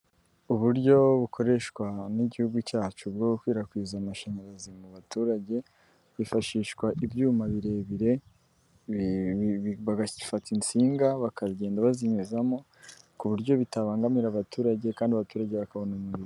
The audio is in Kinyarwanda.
Uburyo bukoreshwa n'igihugu cyacu bwo gukwirakwiza amashanyarazi mu baturage, hifashishwa ibyuma birebire, bagafata insinga bakagenda bazinyuzamo ku buryo bitabangamira abaturage kandi abaturage bakabona umurimo.